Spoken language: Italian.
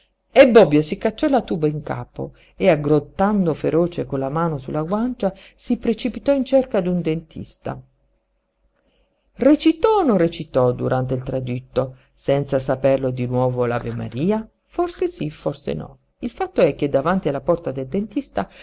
e bobbio si cacciò la tuba in capo e aggrondato feroce con la mano su la guancia si precipitò in cerca d'un dentista recitò o non recitò durante il tragitto senza saperlo di nuovo l'avemaria forse sí forse no il fatto è che davanti alla porta del dentista